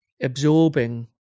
absorbing